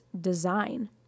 design